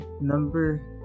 number